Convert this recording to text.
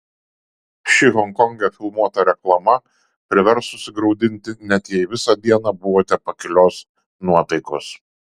ši honkonge filmuota reklama privers susigraudinti net jei visą dieną buvote pakilios nuotaikos